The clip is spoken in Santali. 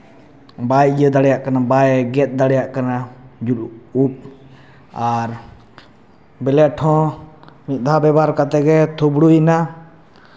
ᱵᱟᱭ ᱤᱭᱟᱹ ᱫᱟᱲᱮᱭᱟᱜ ᱠᱟᱱᱟ ᱵᱟᱭ ᱜᱮᱫ ᱫᱟᱲᱮᱭᱟᱜ ᱠᱟᱱᱟ ᱩᱯ ᱟᱨ ᱵᱞᱮᱰ ᱦᱚᱸ ᱢᱤᱫ ᱫᱷᱟᱣ ᱵᱮᱵᱚᱦᱟᱨ ᱠᱟᱛᱮᱫ ᱜᱮ ᱛᱷᱩᱵᱲᱟᱹᱭᱮᱱᱟ